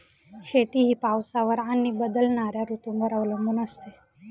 शेती ही पावसावर आणि बदलणाऱ्या ऋतूंवर अवलंबून असते